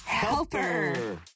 Helper